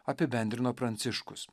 apibendrino pranciškus